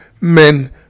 men